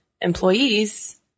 employees